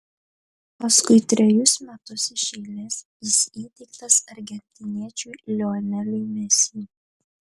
paskui trejus metus iš eilės jis įteiktas argentiniečiui lioneliui messi